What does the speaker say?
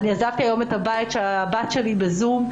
כשעזבתי היום את הבית והבת שלי הייתה בזום,